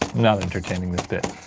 not entertaining this bit.